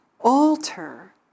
alter